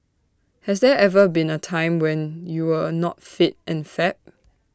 has there ever been A time when you were A not fit and fab